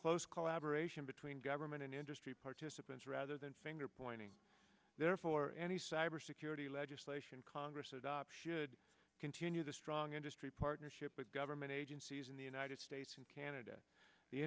close collaboration between government and industry participants rather than finger pointing therefore any cybersecurity legislation congress adopt should continue the strong industry partnership with government agencies in the united states and canada the